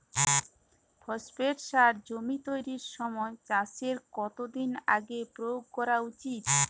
Phosphate সার জমি তৈরির সময় চাষের কত দিন আগে প্রয়োগ করা উচিৎ?